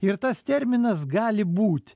ir tas terminas gali būti